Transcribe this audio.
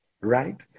right